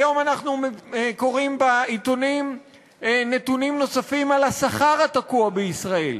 היום אנחנו קוראים בעיתונים על נתונים נוספים על השכר התקוע בישראל.